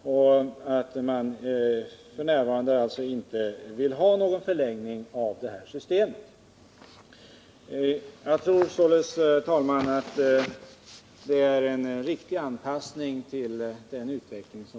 F. n. vill man inte ha någon förlängning av detta system.